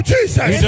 Jesus